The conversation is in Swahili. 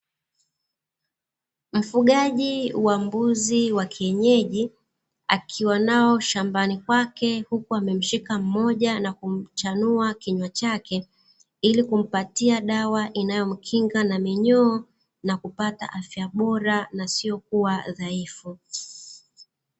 Mfugaji wa mbuzi wa kienyeji akiwa nao shambani kwake huku amemshika mmoja na kumchanua kinywa chake, ili kumpatia dawa inayomkinga na minyoo na kupata afya bora na sio kuwa dhaifu.